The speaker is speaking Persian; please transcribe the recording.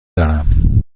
دارم